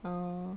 mm